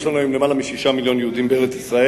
יש לנו היום יותר מ-6 מיליוני יהודים בארץ-ישראל.